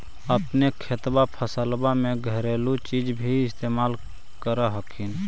अपने खेतबा फसल्बा मे घरेलू चीज भी इस्तेमल कर हखिन?